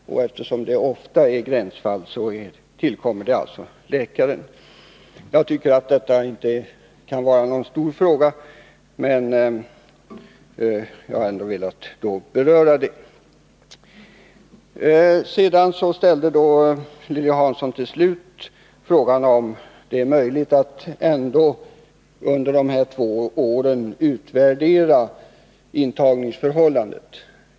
Eftersom det ofta rör sig om gränsfall tillkommer bedömningen läkaren. Jag tycker att detta inte kan vara någon stor fråga, men jag har ändå velat beröra den. Lilly Hansson ställde frågan om det är möjligt att under de här två åren utvärdera intagningsförhållandet.